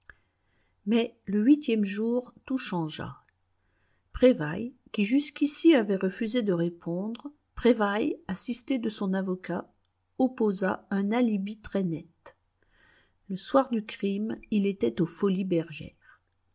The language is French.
mais le huitième jour tout changea prévailles qui jusqu'ici avait refusé de répondre prévailles assisté de son avocat opposa un alibi très net le soir du crime il était aux